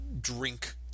drink